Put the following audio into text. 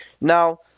now